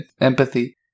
empathy